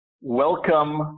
Welcome